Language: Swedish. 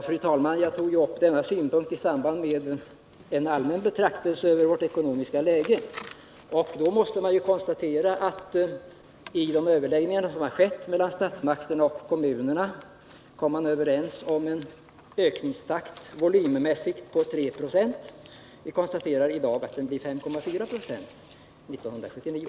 Fru talman! Jag tog upp denna synpunkt i samband med en allmän betraktelse över vårt ekonomiska läge. Då måste det ju konstateras att man vid överläggningarna mellan statsmakterna och kommunerna kom överens om en volymmässig ökningstakt på 3 96. I dag kan vi konstatera att den blir 5,4 96 1979.